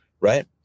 right